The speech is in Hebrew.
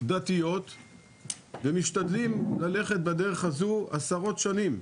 דתיות ומשתדלים ללכת בדרך הזו עשרות שנים,